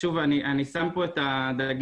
שוב, אני שם פה את הדגש,